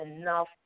enough